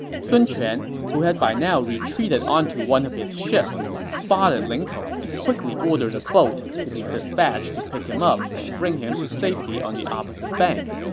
sun quan, who had by now retreated onto one of his ships, spotted ling tong and quickly ordered a boat to be dispatched to pick him up and bring him to safety on the opposite bank.